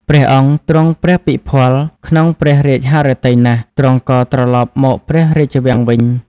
ព្រះអង្គទ្រង់ព្រះពិភាល់ក្នុងព្រះរាជហឫទ័យណាស់ ទ្រង់ក៏ត្រឡប់មកព្រះរាជវាំងវិញ។